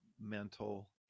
mental